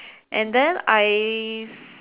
and then I